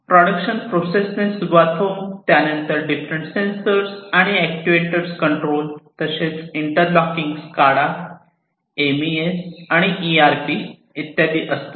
production process ने सुरुवात होऊन त्यानंतर डिफरंट सेंसर आणि ऍक्टटूयएटोर्स कंट्रोल तसेच इंटरलॉकिंग SCADA MES आणि ERP इत्यादी असतात